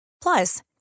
Plus